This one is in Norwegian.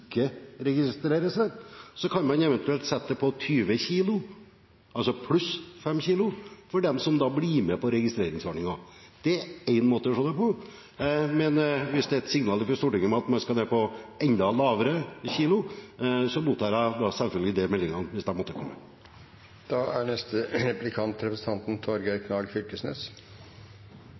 ikke registrerer seg. Og så kan man eventuelt sette grensen til 20 kilo – altså 5 kilo mer enn i dag – for dem som blir med på registreringsordningen. Det er én måte å se på det på. Men hvis det er et signal fra Stortinget at man skal ned på et enda lavere antall kilo, mottar jeg selvfølgelig de meldingene, hvis de skulle komme. Kva gjer regjeringa med den stadig aukande fiskesmuglinga? Jeg hørte at representanten